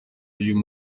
uyu